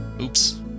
Oops